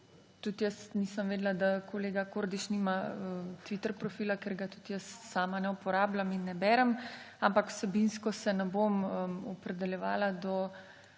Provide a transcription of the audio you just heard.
tudi jaz nisem vedela, da kolega Kordiš nima Twitter profila, ker ga tudi jaz sama ne uporabljam in ne berem, ampak vsebinsko se ne bom opredeljevala do